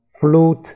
flute